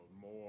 more